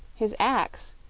his axe,